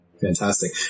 Fantastic